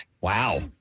Wow